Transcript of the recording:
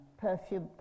perfume